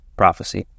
prophecy